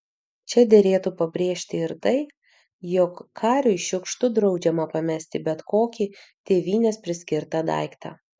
čia derėtų pabrėžti ir tai jog kariui šiukštu draudžiama pamesti bet kokį tėvynės priskirtą daiktą